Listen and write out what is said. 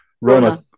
Rona